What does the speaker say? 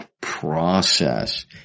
process